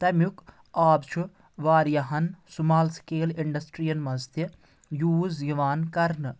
تَمِیُک آب چھُ واریاہَن سٕمَال سِکَیل اِنٛڈَسٹری یَن منٛز تہِ یوٗز یِوان کرنہٕ